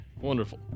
Wonderful